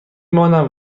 مانم